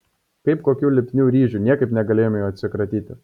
kaip kokių lipnių ryžių niekaip negalėjome jų atsikratyti